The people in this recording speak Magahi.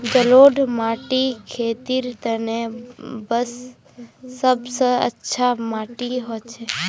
जलौढ़ माटी खेतीर तने सब स अच्छा माटी हछेक